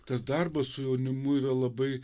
tas darbas su jaunimu yra labai